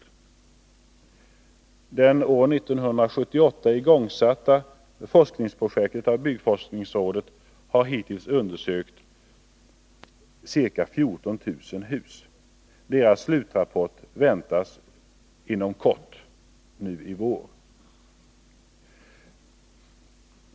År 1978 igångsattes av byggforskningsrådet ett forskningsprojekt, där hittills ca 14 000 hus undersökts. Slutrapport från projektet väntas nu i vår.